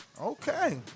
okay